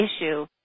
issue